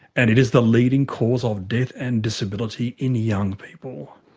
and it is the leading cause of death and disability in young people.